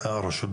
הרשות.